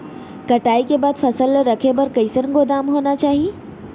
कटाई के बाद फसल ला रखे बर कईसन गोदाम होना चाही?